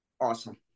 Awesome